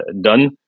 done